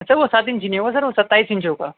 اچھا وہ سات انچی نہیں ہوگا سر وہ ستائیس انچی ہوگا